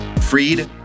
freed